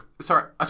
Sorry